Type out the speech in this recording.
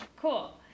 Cool